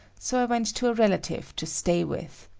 so i went to a relative to stay with.